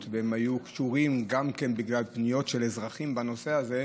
והם גם היו קשורים בגלל פניות של אזרחים בנושא הזה,